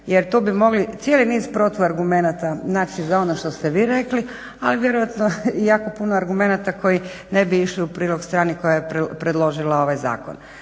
jer tu bi mogli cijeli niz protuargumenata naći za ono što ste vi rekli, ali vjerojatno jako puno argumenata koji ne bi išli u prilog strani koja je predložila ovaj zakon.